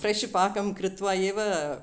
fresh पाकं कृत्वा एव